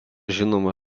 žinoma